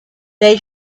they